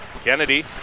Kennedy